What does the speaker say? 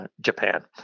Japan